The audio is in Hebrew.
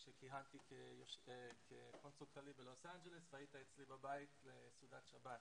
כאשר אז כיהנתי כקונסול כללי בלוס אנג'לס והיית אצלי בבית לסעודת שבת.